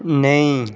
नेईं